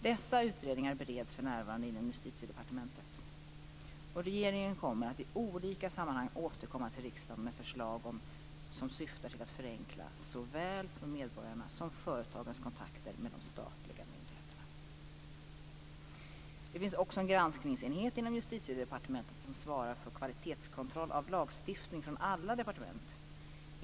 Dessa utredningar bereds för närvarande inom Justitiedepartement. Regeringen kommer att i olika sammanhang återkomma till riksdagen med förslag som syftar till att förenkla såväl medborgarnas som företagens kontakter med de statliga myndigheterna. Det finns också en granskningsenhet inom Justitiedepartementet som svarar för kvalitetskontroll av lagstiftning från alla departement.